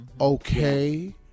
Okay